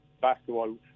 basketball